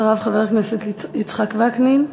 אחריו, חבר הכנסת יצחק וקנין,